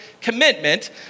commitment